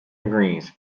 agrees